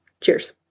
Cheers